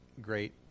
great